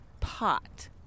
Pot